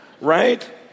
right